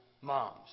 moms